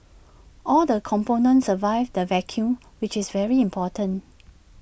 all the components survived the vacuum which is very important